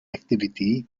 activity